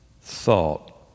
thought